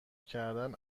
کردن